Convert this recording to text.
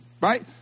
right